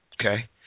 okay